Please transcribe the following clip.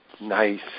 Nice